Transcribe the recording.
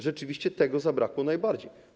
Rzeczywiście tego zabrakło najbardziej.